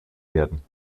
werden